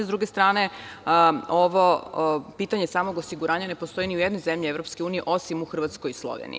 S druge strane, pitanje samog osiguranja ne postoji ni u jednoj zemlji EU, osim u Hrvatskoj i Sloveniji.